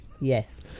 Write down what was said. Yes